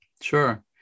sure